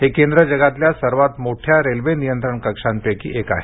हे केंद्र जगातल्या सर्वात मोठ्या रेल्वे नियंत्रण कक्षांपैकी एक आहे